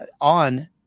on